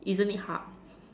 isn't it hug